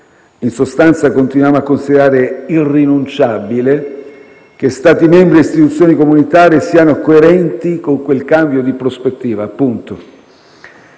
In sostanza, continuiamo a considerare irrinunciabile che Stati membri e istituzioni comunitarie siano coerenti con quel cambio di prospettiva.